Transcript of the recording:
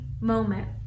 moment